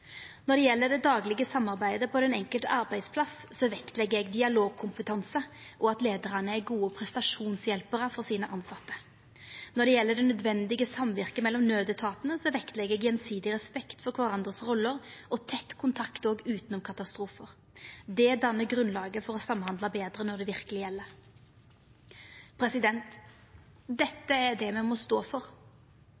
Når det gjeld det daglege samarbeidet på den enkelte arbeidsplassen, legg eg vekt på dialogkompetanse og at leiarane er gode prestasjonshjelparar for sine tilsette. Når det gjeld det nødvendige samvirket mellom naudetatane, legg eg vekt på gjensidig respekt for kvarandres roller og tett kontakt òg utanom katastrofar. Det dannar grunnlaget for å samhandla betre når det verkeleg gjeld. Dette er det